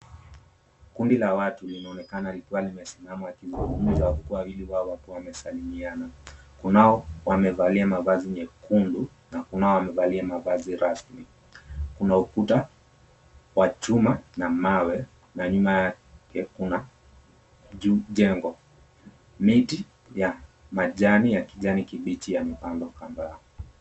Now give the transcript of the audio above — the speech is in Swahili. Kundi la watu linaonekana nimesimam. Wawili wao wanasalimiana. Kunao wamevalia mavazi nyekundu, na kunao wamebalia mavazi rasmi. Kuna ukuta wa chuma na mawe, na nyuma jengo miti ya majani yaani kibiti ya mipango kando yao.